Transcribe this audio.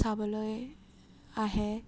চাবলৈ আহে